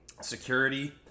security